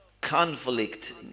conflict